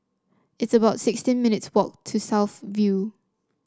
it's about sixteen minutes' walk to South View